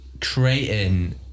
creating